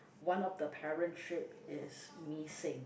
one of the parent sheep is missing